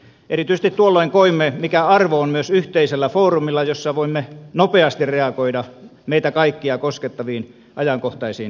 erityisesti tuolloin koimme mikä arvo on myös yhteisellä foorumilla jolla voimme nopeasti reagoida meitä kaikkia koskettaviin ajankohtaisiin kysymyksiin